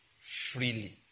freely